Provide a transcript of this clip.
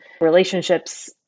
relationships